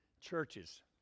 Churches